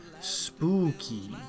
spooky